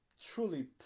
truly